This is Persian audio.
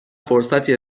فرصتی